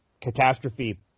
catastrophe